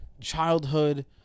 childhood